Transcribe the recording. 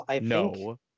no